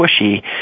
squishy